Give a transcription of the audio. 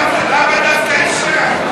למה דווקא אישה?